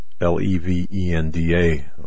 L-E-V-E-N-D-A